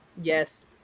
Yes